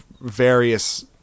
various